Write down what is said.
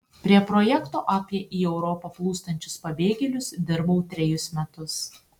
prie projekto apie į europą plūstančius pabėgėlius dirbau trejus metus